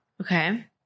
Okay